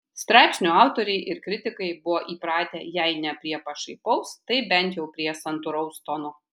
straipsnių autoriai ir kritikai buvo įpratę jei ne prie pašaipaus tai bent jau prie santūraus tono